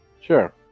Sure